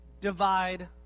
divide